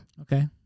Okay